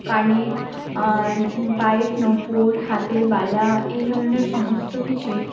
কানের পায়ের নুপুর হাতের বালা এই ধরনের সমস্ত কিছুই